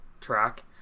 track